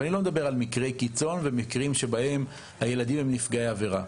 אני לא מדבר על מקרי קיצון ומקרים שבהם הילדים הם נפגעי עבירה.